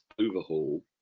overhaul